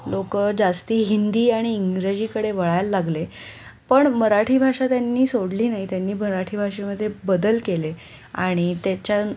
लोकं जास्त हिंदी आणि इंग्रजीकडे वळायला लागले पण मराठी भाषा त्यांनी सोडली नाही त्यांनी मराठी भाषेमध्ये बदल केले आणि त्याच्या